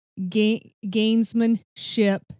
gainsmanship